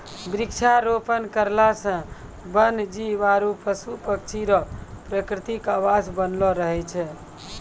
वृक्षारोपण करला से वन जीब आरु पशु पक्षी रो प्रकृतिक आवास बनलो रहै छै